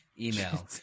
Email